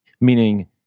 Meaning